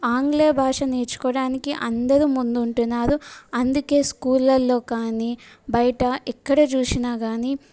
ఆంగ్లేయ బాష నేర్చుకోడానికి అందరూ ముందుంటున్నారు అందుకే స్కూళ్ళల్లో కానీ బయట ఎక్కడ జూషినా కానీ